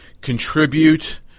contribute